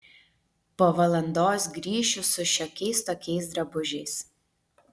po valandos grįšiu su šiokiais tokiais drabužiais